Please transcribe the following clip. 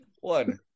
One